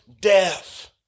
death